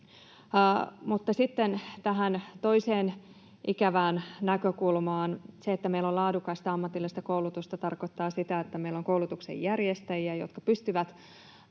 toiseen ikävään näkökulmaan. Se, että meillä on laadukasta ja ammatillista koulutusta, tarkoittaa sitä, että meillä on koulutuksen järjestäjiä, jotka pystyvät